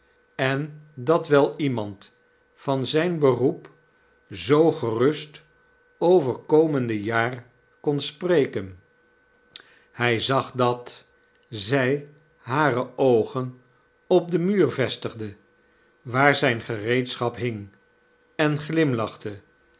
en dat wel iemand van zijn beroep zoo gerust over toekomende jaar kon spreken hij zag dat zij hare oogen op den muur vestigde waar zijn gereedschap hing en glimlachte